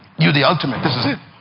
you the ultimate, this is it.